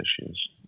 issues